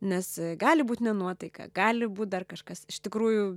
nes gali būt ne nuotaika gali būt dar kažkas iš tikrųjų